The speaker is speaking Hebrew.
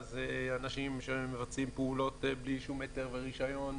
- אנשים שמבצעים פעולות בלי שום היתר ורישיון,